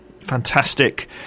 Fantastic